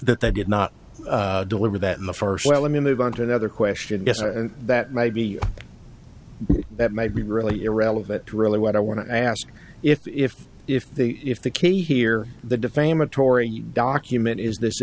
that they did not deliver that in the first well let me move on to another question that maybe that made me really irrelevant really what i want to ask if if the if the key here the defamatory document is this